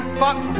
fuck